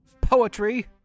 poetry